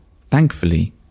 thankfully